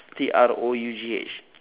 T R O U G H